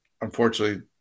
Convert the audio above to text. unfortunately